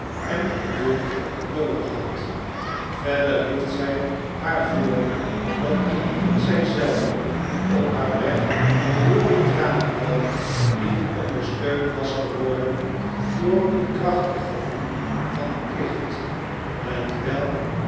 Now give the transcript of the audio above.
en geduld noodig had verder hield zij haar voor dat indien zij zelve op haar weg door dit tranendal niet ondersteund was geworden door een krachtig gevoel van plicht hetwelk